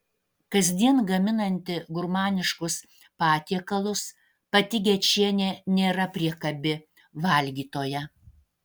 kasdien gaminanti gurmaniškus patiekalus pati gečienė nėra priekabi valgytoja